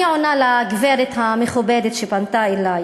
אני עונה לגברת המכובדת שפנתה אלי